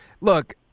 Look